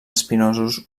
espinosos